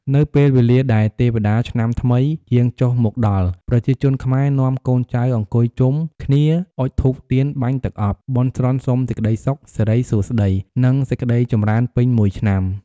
នៅពេលវេលាដែលទេវតាឆ្នាំង្មី យាងចុះមកដល់ ប្រជាជនខ្មែរនាំកូនចៅអង្គុយជុំគ្នា អុជទៀនធូប បាញ់ទឹកអប់ បន់ស្រន់សុំសេចក្ដីសុខ សិរីសួស្ដី និងសេចក្ដីចម្រើនពេញមួយឆ្នាំ។